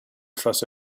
trust